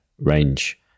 range